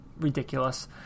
Ridiculous